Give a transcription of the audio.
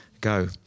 go